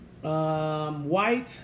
White